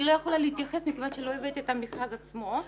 לא יכולה להתייחס מכוון שלא הבאתי את המכרז עצמו.